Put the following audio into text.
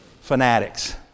fanatics